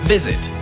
Visit